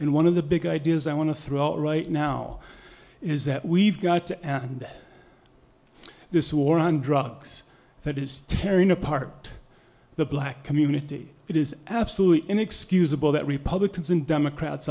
and one of the big ideas i want to throw right now is that we've got to end this war on drugs that is tearing apart the black community it is absolutely inexcusable that republicans and democrats